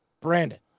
Brandon